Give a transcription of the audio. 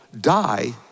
die